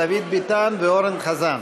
דוד ביטן ואורן חזן.